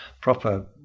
proper